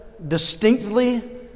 distinctly